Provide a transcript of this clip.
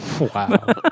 Wow